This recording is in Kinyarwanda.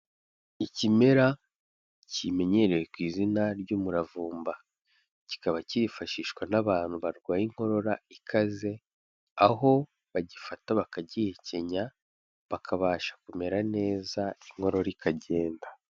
Ikimera kimenyerewe ku izina ry'umuravumba, kikaba kifashishwa n'abantu barwaye inkorora ikaze, aho bagifata bakagihekenya bakabasha kumera neza inkorora ikagenda.